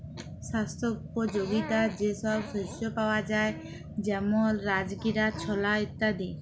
স্বাস্থ্যপ যগীতা যে সব শস্য পাওয়া যায় যেমল রাজগীরা, ছলা ইত্যাদি